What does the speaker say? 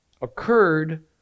occurred